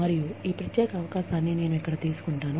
మరియు ఈ ప్రత్యేక అవకాశాన్ని నేను ఇక్కడ తీసుకుంటాను